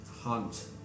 hunt